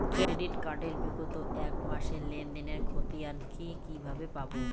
Credit card এর বিগত এক মাসের লেনদেন এর ক্ষতিয়ান কি কিভাবে পাব?